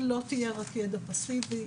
היא לא תהיה רק ידע פסיבי.